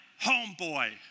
homeboy